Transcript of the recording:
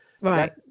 right